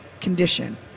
condition